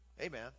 Amen